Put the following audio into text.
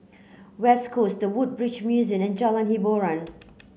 West Coast The Woodbridge Museum and Jalan Hiboran